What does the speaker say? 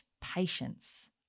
patience